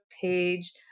page